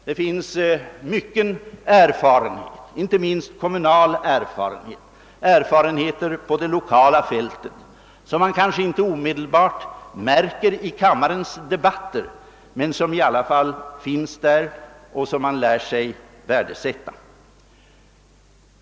Det finns mycken erfarenhet, inte minst kommunal erfarenhet liksom erfarenhet från det 1okala fältet, som man kanske inte omedelbart märker i kammarens debatter men som i alla fall finns där och som man lär sig värdesätta.